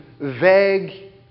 vague